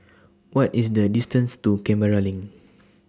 What IS The distance to Canberra LINK